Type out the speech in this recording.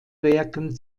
werken